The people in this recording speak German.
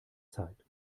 zeit